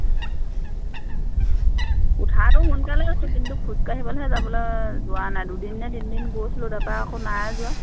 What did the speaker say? উঠাটো সোনকালেই উঠো কিন্তু খোজকাঢ়িবলৈহে যাবলৈ যোৱা নাই দুদিন নে তিনিদিন গৈছিলোঁ তাৰপৰা আকৌ নাই যোৱা